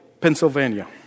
Pennsylvania